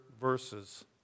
verses